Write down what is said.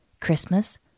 Christmas